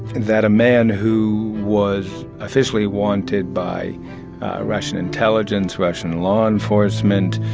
that a man who was officially wanted by russian intelligence, russian law enforcement,